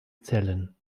zellen